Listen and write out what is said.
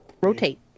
Rotate